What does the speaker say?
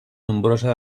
nombrosa